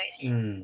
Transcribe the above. mm